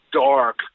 dark